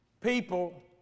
people